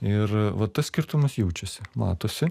ir va tas skirtumas jaučiasi matosi